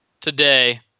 today